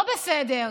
לא בסדר.